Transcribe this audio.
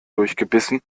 durchgebissen